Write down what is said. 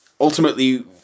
ultimately